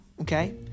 okay